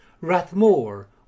Rathmore